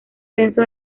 censo